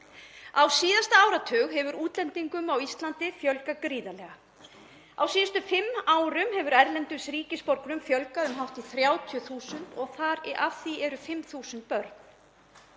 Á síðasta áratug hefur útlendingum á Íslandi fjölgað gríðarlega. Á síðustu fimm árum hefur erlendum ríkisborgurum fjölgað um hátt í 30.000 og af því eru 5.000 börn.